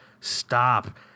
stop